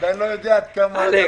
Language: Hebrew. בקיץ, הקצנו